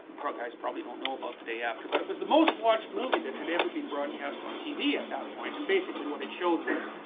guys probably don't know about the day after. but it was the most watched movie that had ever been broadcast on tv at that point. and basically what it showed was,